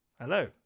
Hello